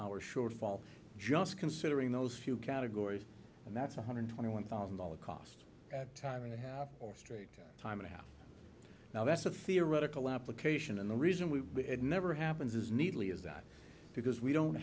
hours shortfall just considering those few categories and that's one hundred twenty one thousand dollars cost at a time and a half or straight time and a half now that's a theoretical application and the reason we had never happens is neatly is that because we don't